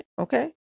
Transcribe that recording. okay